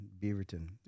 Beaverton